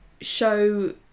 show